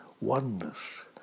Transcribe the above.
oneness